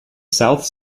south